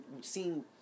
seeing